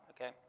Okay